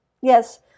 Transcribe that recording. Yes